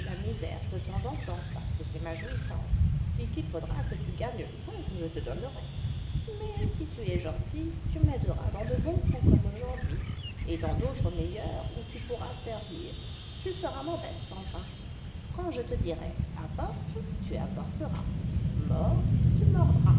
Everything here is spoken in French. la misère de temps en temps parce que c'est ma jouissance et qu'il faudra que tu gagnes le pain que je te donnerai mais si tu es gentil tu m'aideras dans de bons coups comme aujourd'hui et dans d'autres meilleurs où tu pourras servir tu seras ma bête enfin quand je te dirai apporte tu apporteras mords tu mordras